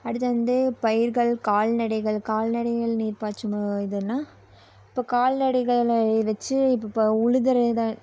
அடுத்தது வந்து பயிர்கள் கால்நடைகள் கால்நடைகள் நீர் பாய்ச்சும் இதுனா இப்போ கால்நடைகளை வச்சு இப்போ உழுகிறத